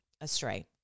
astray